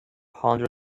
hundred